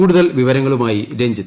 കൂടുതൽ വിവരങ്ങളുമായി രഞ്ജിത്